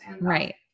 Right